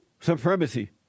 supremacy